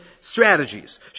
strategies